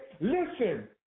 listen